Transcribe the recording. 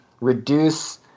reduce